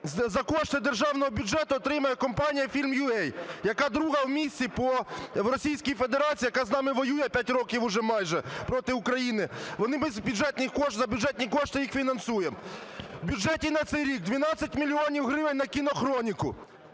за кошти державного бюджету отримає компаніяFILM.UA, яка друга в місці… в Російській Федерації, яка з нами воює 5 років уже майже проти України, а ми за бюджетні їх фінансуємо. В бюджеті на це рік 12 мільйонів гривень на кінохроніку.